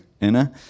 Anna